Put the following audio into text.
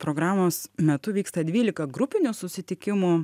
programos metu vyksta dvylika grupinių susitikimų